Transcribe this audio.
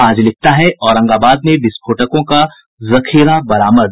आज लिखता है औरंगाबाद में विस्फोटकों का जखीरा बरामद